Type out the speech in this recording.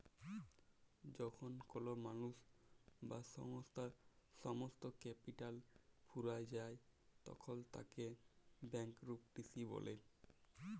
যখল কল মালুস বা সংস্থার সমস্ত ক্যাপিটাল ফুরাঁয় যায় তখল তাকে ব্যাংকরূপটিসি ব্যলে